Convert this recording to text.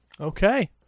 okay